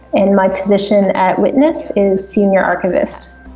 and my position at witness is senior archivist.